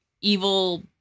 evil